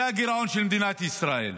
זה הגירעון של מדינת ישראל.